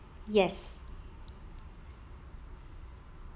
yes